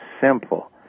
simple